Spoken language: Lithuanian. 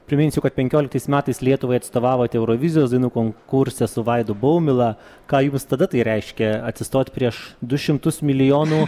priminsiu kad penkioliktais metais lietuvai atstovavot eurovizijos dainų konkurse su vaidu baumila ką jums tada tai reiškė atsistot prieš du šimtus milijonų